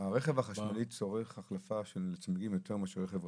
הרכב החשמלי צורך החלפה של צמיגים יותר מאשר רכב רגיל?